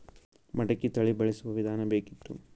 ಮಟಕಿ ತಳಿ ಬಳಸುವ ವಿಧಾನ ಬೇಕಿತ್ತು?